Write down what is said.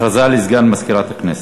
הכרזה לסגן מזכירת הכנסת.